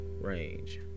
range